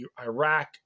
Iraq